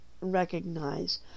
recognize